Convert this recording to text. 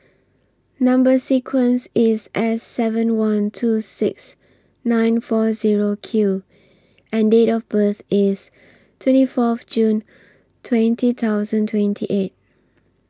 Number sequence IS S seven one two six nine four Zero Q and Date of birth IS twenty four June twenty thousand twenty eight